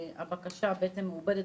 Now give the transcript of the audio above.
הבקשה מעובדת